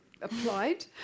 applied